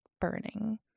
burning